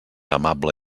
amable